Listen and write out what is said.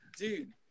Dude